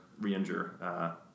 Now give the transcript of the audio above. re-injure